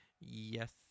yes